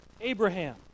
Abraham